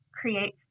create